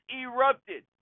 erupted